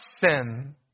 sin